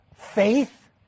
Faith